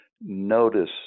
Notice